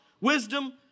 wisdom